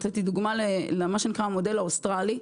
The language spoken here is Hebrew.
נתתי דוגמא למה שנקרא המודל האוסטרלי.